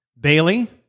Bailey